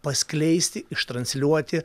paskleisti ištransliuoti